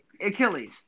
Achilles